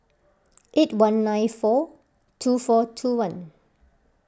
eight one nine four two four two one